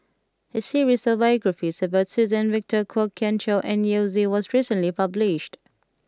a series of biographies about Suzann Victor Kwok Kian Chow and Yao Zi was recently published